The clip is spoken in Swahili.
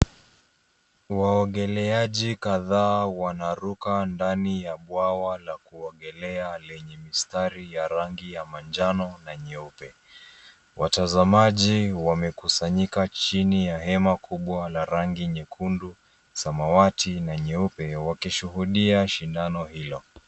Waogeleaji kadhaa wanaruka ndani ya bwawa la kuogelea lenye mistari ya rangi ya manjano na nyeupe. Watazamaji wamekusanyika chini ya hema kubwa la rangi nyekundu, samawati na nyeupe wakishuhudia shindano hilo.